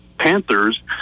panthers